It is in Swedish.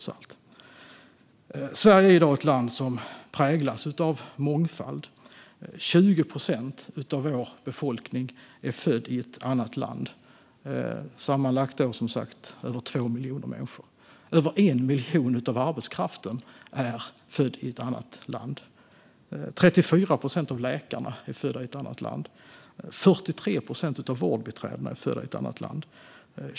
Sverige är i dag ett land som präglas av mångfald. 20 procent av vår befolkning är född i ett annat land. Sammanlagt är det över 2 miljoner människor. Över 1 miljon av arbetskraften är född i ett annat land. 34 procent av läkarna är födda i ett annat land. 43 procent av vårdbiträdena är födda i ett annat land.